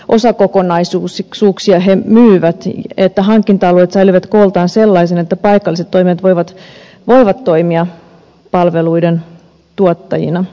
osa minkälaisia osakokonaisuuksia he myyvät että hankinta alueet säilyvät kooltaan sellaisina että paikalliset toimijat voivat toimia palveluiden tuottajina